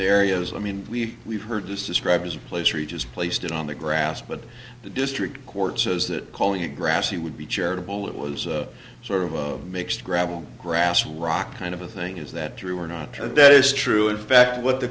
areas i mean we we've heard this described as a pleasure each is placed on the grass but the district court says that colia grassy would be charitable it was sort of a mixed gravel grass rock kind of a thing is that true or not true that is true in fact what the